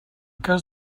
cas